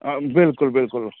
बिलकुल बिलकुल